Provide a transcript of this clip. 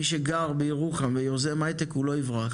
מי שגר בירוחם ויוזם הייטק, הוא לא יברח